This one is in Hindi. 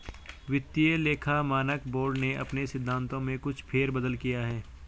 वित्तीय लेखा मानक बोर्ड ने अपने सिद्धांतों में कुछ फेर बदल किया है